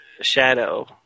shadow